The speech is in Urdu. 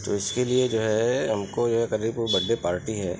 تو اس کے لیے جو ہے ہم کو جو ہے کل ہی کو برتھ ڈے پارٹی ہے